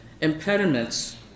impediments